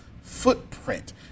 footprint